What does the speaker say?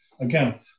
Again